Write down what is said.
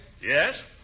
Yes